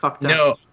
No